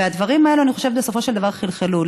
והדברים האלה, אני חושבת, בסופו של דבר חלחלו.